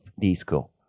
disco